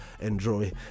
enjoy